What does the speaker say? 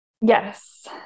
yes